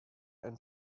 and